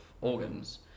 organs